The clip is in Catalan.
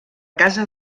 casa